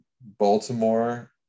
Baltimore